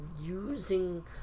using